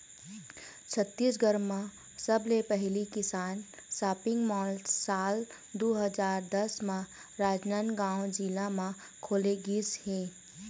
छत्तीसगढ़ म सबले पहिली किसान सॉपिंग मॉल साल दू हजार दस म राजनांदगांव जिला म खोले गिस हे